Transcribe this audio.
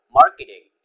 marketing